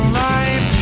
life